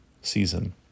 season